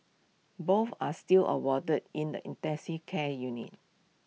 both are still awarded in the intensive care unit